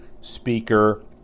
speaker